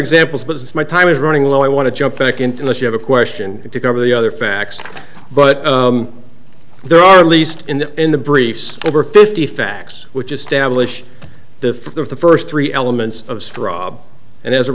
examples but it's my time is running low i want to jump back into this you have a question to cover the other facts but there are at least in the in the briefs over fifty facts which establish the first three elements of straw and as a